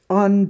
on